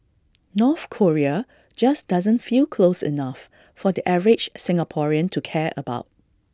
North Korea just doesn't feel close enough for the average Singaporean to care about